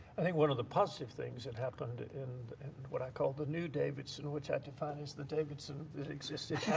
i think one of the positive things that happened in what i call the new davidson, which i define as the davidson that existed yeah